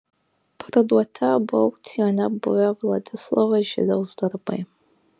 parduoti abu aukcione buvę vladislovo žiliaus darbai